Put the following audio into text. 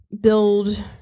build